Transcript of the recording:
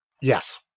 Yes